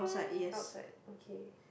outside okay